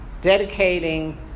dedicating